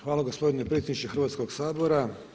Hvala gospodine predsjedniče Hrvatskog sabora.